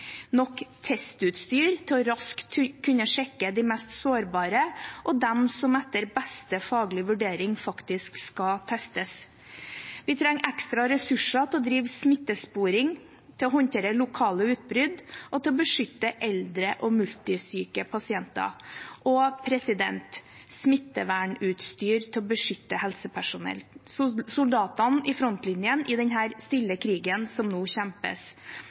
nok testutstyr til raskt å kunne sjekke de mest sårbare og de som etter beste faglige vurdering faktisk skal testes. Vi trenger ekstra ressurser til å drive smittesporing, til å håndtere lokale utbrudd og til å beskytte eldre og multisyke pasienter – og smittevernutstyr til å beskytte helsepersonell, soldatene i frontlinjen i denne stille krigen som nå kjempes.